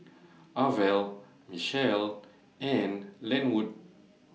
Arvel Mitchell and Lenwood